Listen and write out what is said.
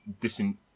disin